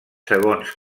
segons